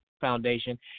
Foundation